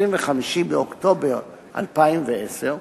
25 באוקטובר 2010,